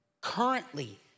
currently